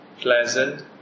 pleasant